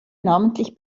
namentlich